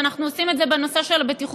אנחנו עושים את זה בנושא של בטיחות